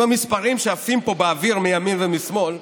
עם המספרים שעפים פה באוויר מימין ומשמאל,